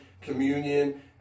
communion